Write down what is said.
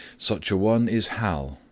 such a one is hal,